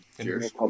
Cheers